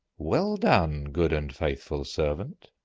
well done, good and faithful servant.